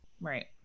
Right